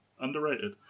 underrated